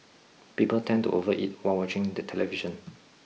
people tend to overeat while watching the television